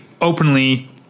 openly